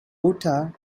utah